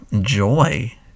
joy